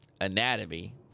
anatomy